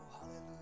Hallelujah